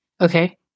Okay